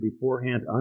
beforehand